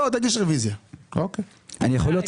מביאים לפה כל מיני דברים שלא תמיד אני --- חבל